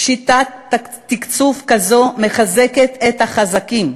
שיטת תקצוב כזו מחזקת את החזקים,